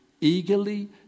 eagerly